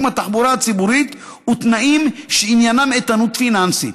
התחבורה הציבורית ותנאים שעניינם איתנות פיננסית.